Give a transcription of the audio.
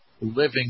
living